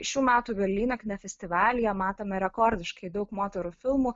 šių metų berlyne kino festivalyje matome rekordiškai daug moterų filmų